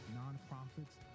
nonprofits